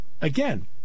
Again